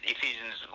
Ephesians